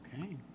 Okay